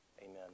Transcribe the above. amen